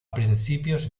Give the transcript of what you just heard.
principios